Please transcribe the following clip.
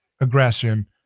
aggression